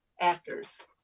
actors